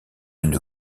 une